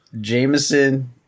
Jameson